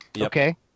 Okay